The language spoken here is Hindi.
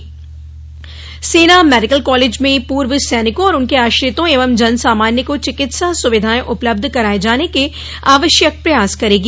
निरीक्षण सेना मेडिकल कॉलेज में पूर्व सैनिकों और उनके आश्रितों एवं जन सामान्य को चिकित्सा सुविधाएं उपलब्ध कराये जाने के आवश्यक प्रयास करेगी